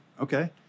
Okay